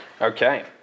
Okay